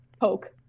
poke